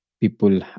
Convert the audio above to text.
people